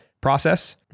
process